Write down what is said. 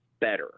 better